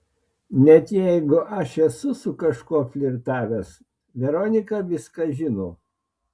net jeigu aš esu su kažkuo flirtavęs veronika viską žino